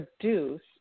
produce